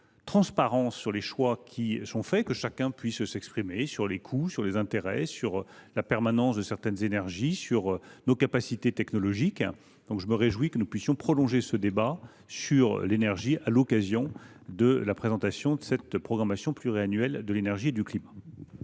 transparence sur les choix qui sont faits, afin que chacun puisse s’exprimer sur les coûts, les intérêts, la permanence de certaines énergies et nos capacités technologiques. Je me réjouis que nous puissions prolonger ce débat sur l’énergie à l’occasion de la présentation de la programmation pluriannuelle de l’énergie et du climat.